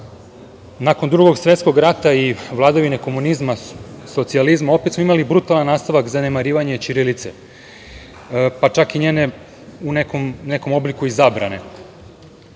Nakon Drugog svetskog rata i vladavine komunizma, socijalizma opet smo imali brutalan nastavak zanemarivanja ćirilice, pa čak i njene u nekom obliku i zabrane. Ono